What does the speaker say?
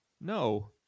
No